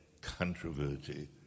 controversy